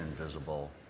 invisible